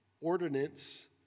ordinance